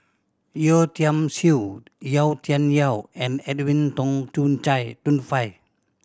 Yeo Tiam Siew Yau Tian Yau and Edwin Tong Chun Tong Fai